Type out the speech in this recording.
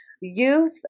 youth